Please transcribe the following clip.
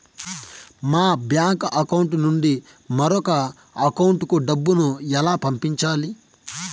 మా bank account నుండి మరొక అకౌంట్ కు డబ్బును ఎలా పంపించాలి